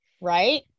right